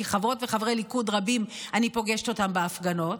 כי חברות וחברי ליכוד רבים אני פוגשת בהפגנות,